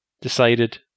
decided